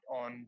on